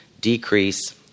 decrease